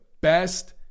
best